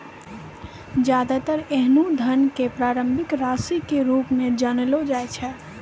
ज्यादातर ऐन्हों धन क प्रारंभिक राशि के रूप म जानलो जाय छै